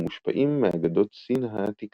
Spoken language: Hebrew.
ומושפעים מאגדות סין העתיקה.